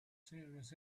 serious